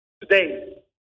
today